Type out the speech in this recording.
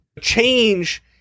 change